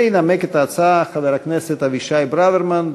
וינמק את ההצעה חבר הכנסת אבישי ברוורמן.